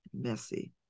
messy